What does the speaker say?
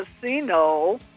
casino